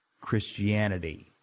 Christianity